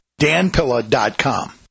danpilla.com